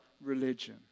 religion